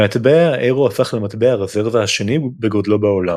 מטבע האירו הפך למטבע הרזרבה השני בגודלו בעולם.